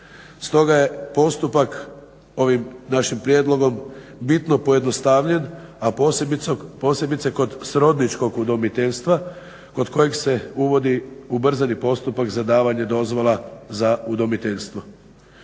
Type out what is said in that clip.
Stoga je postupak ovim našim prijedlogom bitno pojednostavljen, a posebice kod srodničkog udomiteljstva kod kojeg se uvodi ubrzani postupak za davanje dozvola za udomiteljstvu.